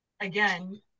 again